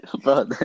Bro